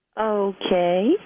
Okay